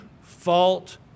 fault